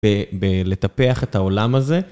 בלטפח את העולם הזה.